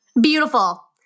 Beautiful